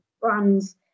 brands